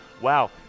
wow